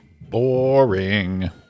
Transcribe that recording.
Boring